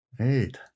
Eight